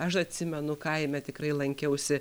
aš atsimenu kaime tikrai lankiausi